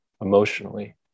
emotionally